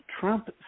Trump